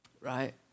right